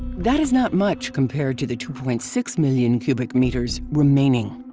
that is not much compared to the two point six million cubic meters remaining!